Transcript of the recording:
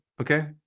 okay